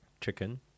chicken